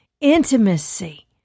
Intimacy